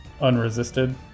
unresisted